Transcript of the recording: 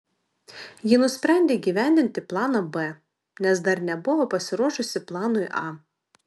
ji nusprendė įgyvendinti planą b nes dar nebuvo pasiruošusi planui a